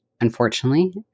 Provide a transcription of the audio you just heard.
unfortunately